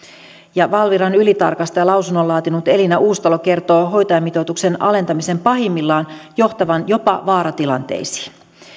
ja valviran ylitarkastajalausunnon laatinut elina uusitalo kertoo hoitajamitoituksen alentamisen pahimmillaan johtavan jopa vaaratilanteisiin